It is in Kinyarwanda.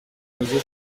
maison